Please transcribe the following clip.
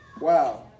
Wow